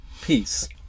peace